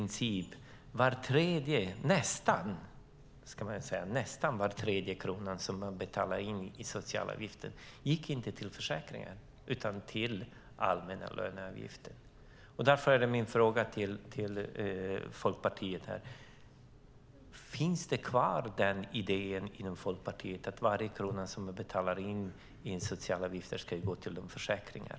Nästan var tredje krona som man betalade i socialavgifter år 2011 gick inte till försäkringarna utan till allmänna löneavgifter. Därför är min fråga till Folkpartiet: Finns den idén kvar inom Folkpartiet att varje krona som man betalar in i socialavgifter ska gå till försäkringar?